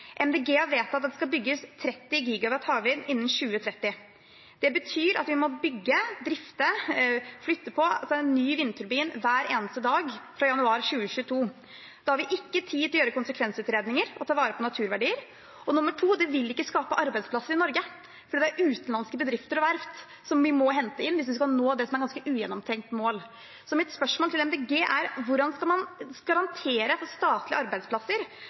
har vedtatt at det skal bygges 30 GW havvind innen 2030. Det betyr at vi må bygge, drifte, flytte en ny vindturbin hver eneste dag fra januar 2022. Da har vi ikke tid til å gjøre konsekvensutredninger og ta vare på naturverdier, og for det andre vil det ikke skape arbeidsplasser i Norge, for utenlandske bedrifter og verft må hentes inn hvis vi skal nå det som er ganske ugjennomtenkte mål. Mitt spørsmål til Miljøpartiet De Grønne er: Hvordan skal man garantere statlige arbeidsplasser